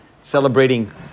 celebrating